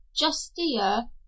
justia